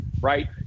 right